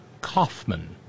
Kaufman